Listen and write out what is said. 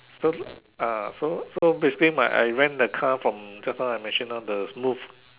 so ah so so basically my I rent the car from just now I mentioned now the Smoove